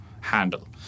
handle